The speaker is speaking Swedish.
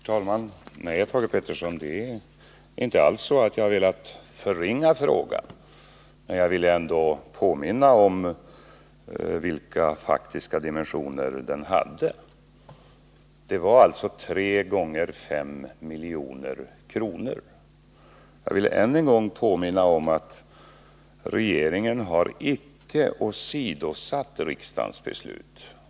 Herr talman! Nej, Thage Peterson, jag har inte alls velat förringa frågan, men jag har ändå velat påminna om vilka faktiska dimensioner den hade; det var alltså 3 x 5 milj.kr. Jag vill än en gång erinra om att regeringen icke har åsidosatt riksdagens beslut.